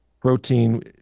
protein